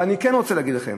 אני כן רוצה להגיד לכם